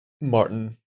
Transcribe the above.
Martin